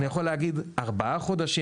אני יכול להגיד 4 חודשים.